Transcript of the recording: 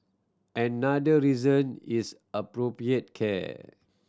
another reason is appropriate care